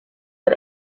but